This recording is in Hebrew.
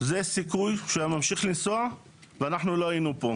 יש סיכוי שהוא היה ממשיך לנסוע ואנחנו לא היינו פה,